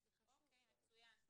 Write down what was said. אוקי, מצוין.